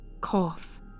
cough